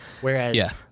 whereas